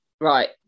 Right